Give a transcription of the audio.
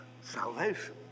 salvation